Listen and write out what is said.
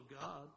God